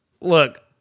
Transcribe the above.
Look